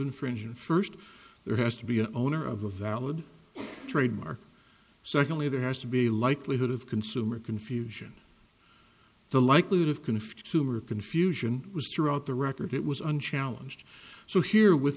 infringing first there has to be an owner of a valid trademark secondly there has to be a likelihood of consumer confusion the likelihood of conflict toomer confusion was throughout the record it was unchallenged so here with